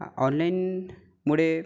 online मुळे